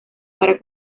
para